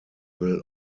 will